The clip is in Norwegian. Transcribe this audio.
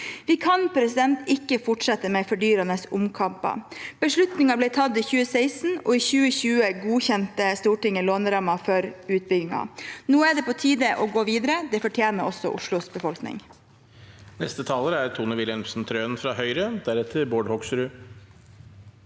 Vi kan ikke fortsette med fordyrende omkamper. Beslutningen ble tatt i 2016, og i 2020 godkjente Stortinget lånerammen for utbyggingen. Nå er det på tide å gå videre. Det fortjener også Oslos befolkning.